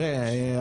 תראה,